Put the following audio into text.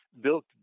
built